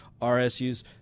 RSUs